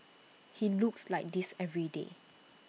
he looks like this every day